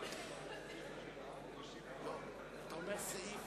אתה אומר "סעיף